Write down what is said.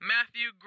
Matthew